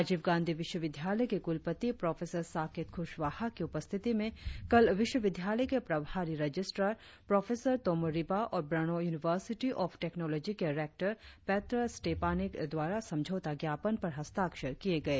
राजीव गांधी विश्वविद्यालय के कुलपति प्रोफेसर साकेत कुशवाहा की उपस्थिति में कल विश्वविद्यालय के प्रभारी रजिस्ट्रार प्रोफेसर तोमो रिबा और ब्रनों यूनिवर्सिटी ऑफ टेक्नोलॉजी के रेक्टर पेट्र स्टेपानेक द्वारा समझोता ज्ञापन पर हस्ताक्षर किए गए